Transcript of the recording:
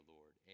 Lord